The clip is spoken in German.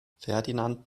ferdinand